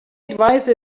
advice